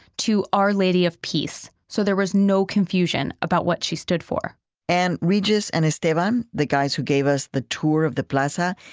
to our lady of peace so there was no confusion about what she stood for and regis and estevan, the guys who gave us the tour of the plaza,